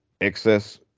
excess